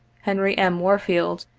henry m. warfield,